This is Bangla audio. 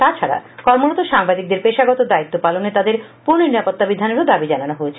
তাছাড়া কর্মরত সাংবাদিকদের পেশাগত দায়িত্ব পালনে তাদের পূর্ণ নিরাপত্তা বিধানেরও দাবি জানানো হয়